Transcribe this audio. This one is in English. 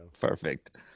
perfect